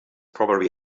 probably